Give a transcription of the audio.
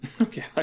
Okay